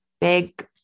big